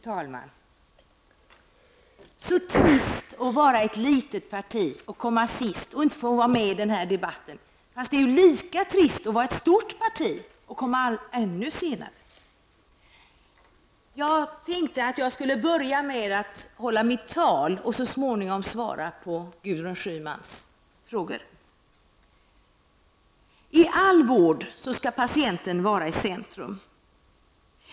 Fru talman! Det är trist att tillhöra ett litet parti och komma sist och inte få vara med i debatten. Men det är lika trist att tillhöra ett stort parti och komma ännu senare. Jag börjar med själva anförandet och kommer så småningom att svara på Gudrun Schymans frågor. I all vård skall patienten vara i centrum.